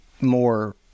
more